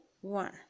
one